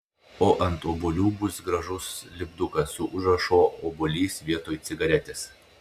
o ant obuolių bus gražus lipdukas su užrašu obuolys vietoj cigaretės